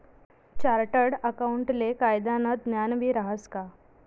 chartered अकाऊंटले कायदानं ज्ञानबी रहास का